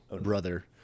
brother